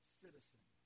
citizen